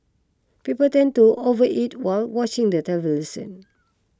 people tend to over eat while watching the television